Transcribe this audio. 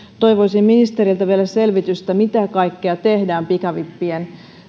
toivoisin ministeriltä vielä selvitystä mitä kaikkea tehdään pikavippien